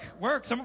work